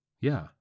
Yeah